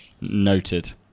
noted